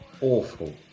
Awful